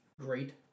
great